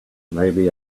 maybe